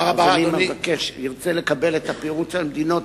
אם אדוני יבקש וירצה לקבל את הפירוט של המדינות,